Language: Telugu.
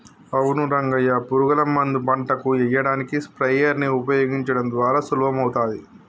అవును రంగయ్య పురుగుల మందు పంటకు ఎయ్యడానికి స్ప్రయెర్స్ నీ ఉపయోగించడం ద్వారా సులభమవుతాది